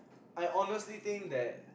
I honestly think that